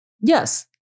yes